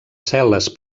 cel·les